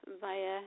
via